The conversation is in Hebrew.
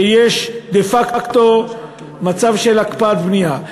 שיש דה-פקטו מצב של הקפאת בנייה,